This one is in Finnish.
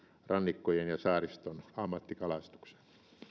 rannikkojen ja saariston ammattikalastuksen